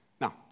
Now